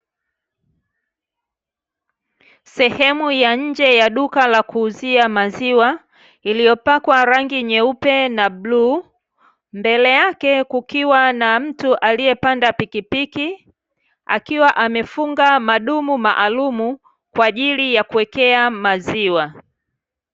Sehemu ya nje ya duka la kuuzia maziwa iliyopakwa rangi nyeupe na buluu mbele yake kukiwa na mtu aliyepanda pikipiki akiwa amefunga madumu maalumu kwa ajili ya kuwekea maziwa.